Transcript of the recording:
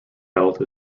belt